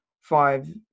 five